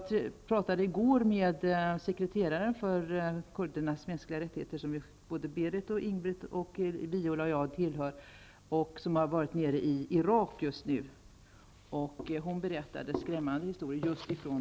I går talade jag med sekreteraren i kommittén för kurdernas mänskliga rättigheter, vilken Berith Eriksson, Ingbritt Irhammar, Viola Furubjelke och jag tillhör. Sekretaren har nyligen varit i Irak, och hon berättade skrämmande historier just från